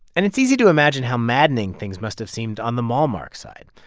and it's easy to imagine how maddening things must have seemed on the malmark side.